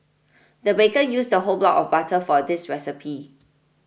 the baker used a whole block of butter for this recipe